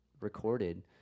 recorded